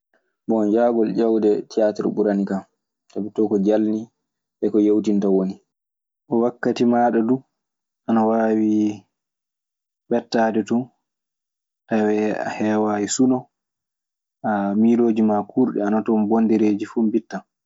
Bon, yahgol ƴeewde tiyaatiir ɓuranikan, sabi too ko jalnii e ko yewtinta woni. Wakkati maaɗa duu ana waawi ɓettaade ton. Ayiwa, a heewaayi suno. Uh, miilooji maa kuurɗi ana ton, bondereeji fuu mbittan.